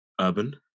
Urban